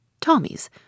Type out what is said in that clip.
Tommy's